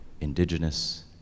indigenous